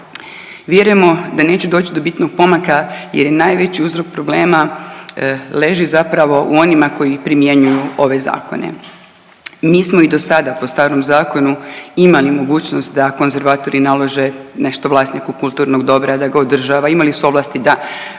Vjerujemo da neće doći do bitnog pomaka jer je najveći uzrok problema leži zapravo u onima koji primjenjuju ove zakone. Mi smo i do sada po starom zakonu imali mogućnost da konzervatori nalože nešto vlasniku kulturnog dobra, da ga održava. Imali su ovlasti da natjeraju